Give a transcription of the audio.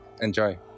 Enjoy